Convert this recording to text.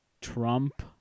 Trump